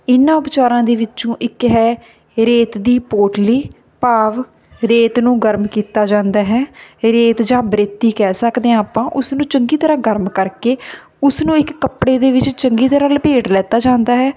ਇਹਨਾਂ ਉਪਚਾਰਾਂ ਦੇ ਵਿੱਚੋਂ ਇੱਕ ਹੈ ਰੇਤ ਦੀ ਪੋਟਲੀ ਭਾਵ ਰੇਤ ਨੂੰ ਗਰਮ ਕੀਤਾ ਜਾਂਦਾ ਹੈ ਰੇਤ ਜਾਂ ਬਰੇਤੀ ਕਹਿ ਸਕਦੇ ਹਾਂ ਆਪਾਂ ਉਸਨੂੰ ਚੰਗੀ ਤਰ੍ਹਾਂ ਗਰਮ ਕਰਕੇ ਉਸਨੂੰ ਇੱਕ ਕੱਪੜੇ ਦੇ ਵਿੱਚ ਚੰਗੀ ਤਰ੍ਹਾਂ ਲਪੇਟ ਲਿੱਤਾ ਜਾਂਦਾ ਹੈ